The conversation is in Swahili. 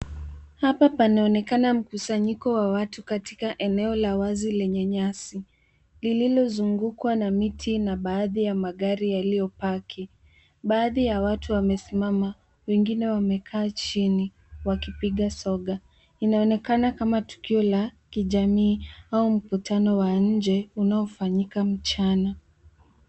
Hapa panaonekana mkusanyiko wa watu katika eneo la wazi lenye nyasi, lililozungukwa na miti na baadhi ya magari yaliyopaki. Baadhi ya watu wamesimama, wengine wamekaa chini, wakipiga soga. Inaonekana kama tukio la kijamii au mkutano wa nje, unaofanyika mchana.